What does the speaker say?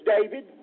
David